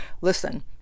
Listen